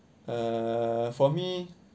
uh for me